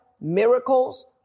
miracles